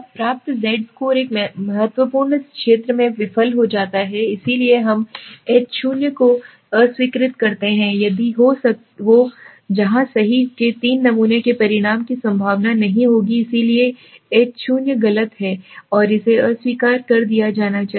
अब प्राप्त Z score एक महत्वपूर्ण क्षेत्र में विफल हो जाता है इसलिए हम H0 को अस्वीकार करते हैं यदि हो जहां सही हो 3 के नमूने के परिणाम की संभावना नहीं होगी इसलिए H0 गलत है और इसे अस्वीकार कर दिया जाना चाहिए